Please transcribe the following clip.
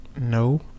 No